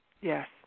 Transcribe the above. Yes